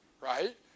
right